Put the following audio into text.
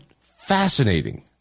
fascinating